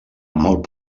molt